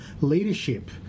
leadership